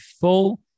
full